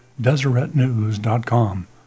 deseretnews.com